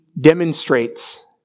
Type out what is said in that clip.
demonstrates